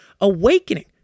awakening